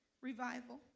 revival